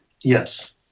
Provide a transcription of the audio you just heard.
Yes